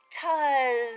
Cause